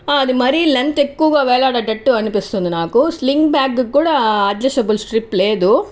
అది మరీ లెంత్ ఎక్కువగా వేలాడేటట్టు అనిపిస్తుంది నాకు స్లిన్గ్ బ్యాగ్ కూడా అడ్జస్ట్బుల్ స్ట్రిప్ లేదు